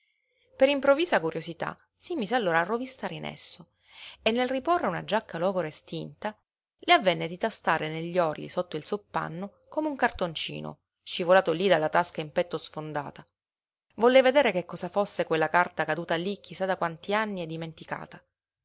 per improvvisa curiosità si mise allora a rovistare in esso e nel riporre una giacca logora e stinta le avvenne di tastare negli orli sotto il soppanno come un cartoncino scivolato lí dalla tasca in petto sfondata volle vedere che cosa fosse quella carta caduta lí chi sa da quanti anni e dimenticata